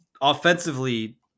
offensively